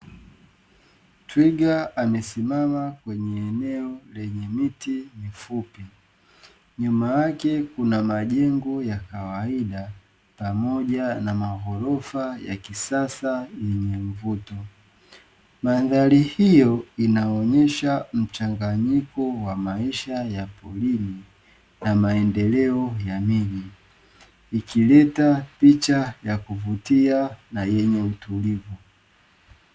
Twiga amesimama kwenye eneo lenye miti mifupi, nyuma yake kuna majengo ya kawaida pamoja na maghorofa ya kisasa yenye mvuto. Mandhari hio inaonesha mchanganyiko wa maisha ya porini na maendeleo ya miji ikileta picha ya kuvutia na yenye utulivu.